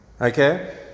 okay